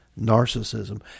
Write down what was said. narcissism